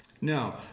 No